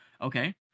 Okay